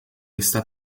está